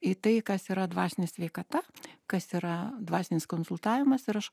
į tai kas yra dvasinė sveikata kas yra dvasinis konsultavimas ir aš